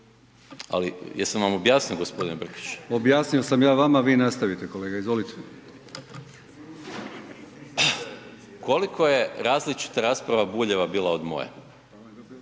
Ali jesam vam objasnio, g. Brkić? …/Upadica Brkić: Objasnio sam ja vama, vi nastavite kolega, izvolite./… Koliko je različita rasprava Buljeva bila od moje?